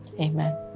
Amen